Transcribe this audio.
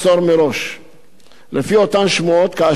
לפי אותן שמועות, כאשר אסיר יטלפן לאזרח,